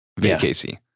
VKC